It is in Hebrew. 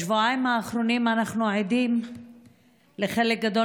בשבועיים האחרונים אנחנו עדים לחלק גדול